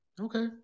Okay